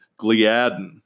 gliadin